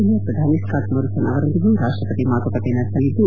Australia ಪ್ರಧಾನಿ Scott Morrison ಅವರೊಂದಿಗೂ ರಾಷ್ಷಪತಿ ಮಾತುಕತೆ ನಡೆಸಲಿದ್ದು